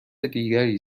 دیگری